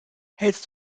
hältst